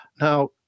Now